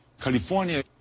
California